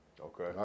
Okay